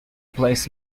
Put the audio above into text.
plays